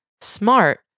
Smart